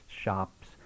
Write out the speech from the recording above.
shops